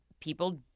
people